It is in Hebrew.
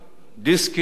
הרמטכ"לים,